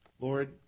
Lord